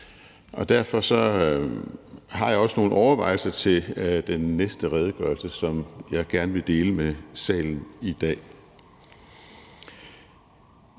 og derfor har jeg også nogle overvejelser til den næste redegørelse, som jeg gerne vil dele med salen i dag.